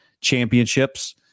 championships